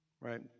right